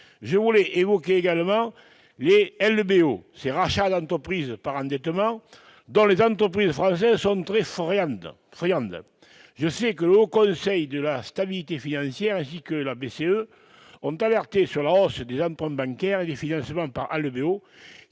Je voulais évoquer également les LBO, ces rachats d'entreprises par endettement, dont les entreprises françaises sont très friandes. Je sais que le Haut Conseil de stabilité financière ainsi que la BCE ont alerté sur la hausse des emprunts bancaires et des financements par LBO,